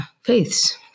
faiths